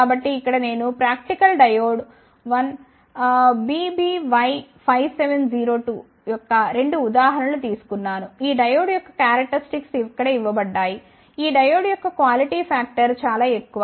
కాబట్టి ఇక్కడ నేను ప్రాక్టికల్ డయోడ్ 1 BBY5702 యొక్క 2 ఉదాహరణ లు తీసుకున్నాను ఈ డయోడ్ యొక్క క్యారక్టరిస్టిక్స్ ఇక్కడ ఇవ్వబడ్డాయి ఈ డయోడ్ యొక్క క్వాలిటీ ఫాక్టర్ చాలా ఎక్కువ